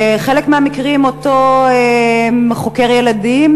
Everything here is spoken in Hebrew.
בחלק מהמקרים אותו חוקר ילדים,